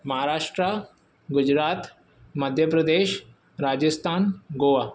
Maharashtra Gujarat Madhya Pradesh Rajasthan Goa